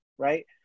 right